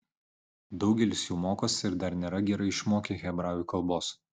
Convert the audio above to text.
daugelis jų mokosi ir dar nėra gerai išmokę hebrajų kalbos